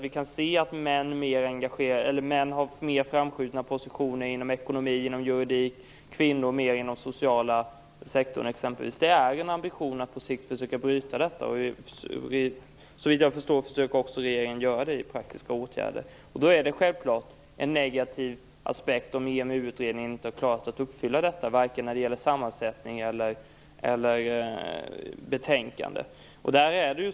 Vi kan se att män har mer framskjutna positioner inom ekonomi och juridik, och kvinnor mer inom exempelvis den sociala sektorn. Det är ju en ambition att på sikt försöka bryta detta. Såvitt jag förstår försöker också regeringen att göra det i praktiska åtgärder. Då är det självklart negativt om inte EMU-utredningen har klarat av att uppfylla detta varken när det gäller sammansättning eller när det gäller betänkanden.